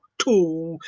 two